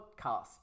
podcast